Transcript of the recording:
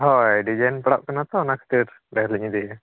ᱦᱳᱭ ᱰᱤᱡᱟᱭᱤᱱ ᱯᱟᱲᱟᱜ ᱠᱟᱱᱟ ᱛᱚ ᱚᱱᱟ ᱠᱷᱟᱹᱛᱤᱨ ᱰᱷᱮᱹᱨᱤᱧ ᱤᱫᱤᱭᱮᱜᱼᱟ